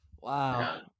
Wow